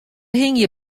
hingje